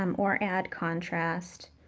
um or add contrast